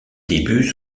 débuts